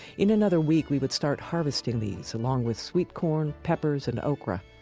in another week, we would start harvesting these along with sweet corn, peppers, and okra.